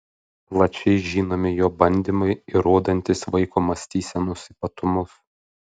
plačiai žinomi jo bandymai įrodantys vaiko mąstysenos ypatumus